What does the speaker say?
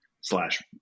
slash